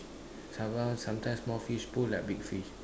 somet~ sometimes small fish pull like big fish